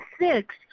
six